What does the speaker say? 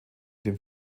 dem